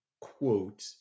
quote